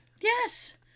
Yes